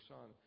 Son